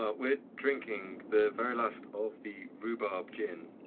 but we're drinking the very last of the rhubarb gin.